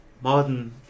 modern